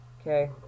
Okay